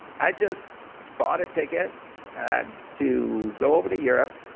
i just bought a ticket and to go over to europe,